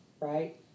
right